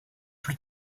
plus